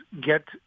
get